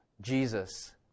jesus